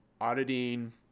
auditing